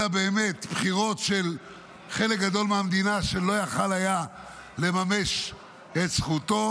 אלא באמת בבחירות של חלק גדול מהמדינה שלא יכול היה לממש את זכותו,